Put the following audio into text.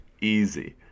Easy